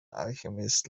alchemist